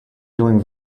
doing